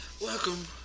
Welcome